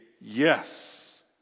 yes